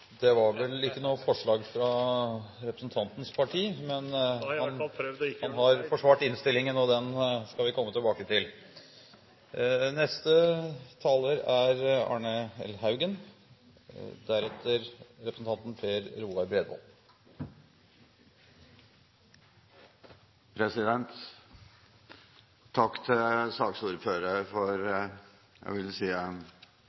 det vel? Det er ikke noen forslag fra representantens parti, men han har forsvart innstillingen, og den skal vi komme tilbake til.